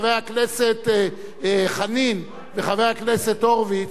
חבר הכנסת חנין וחבר הכנסת הורוביץ,